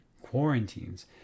quarantines